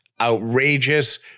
outrageous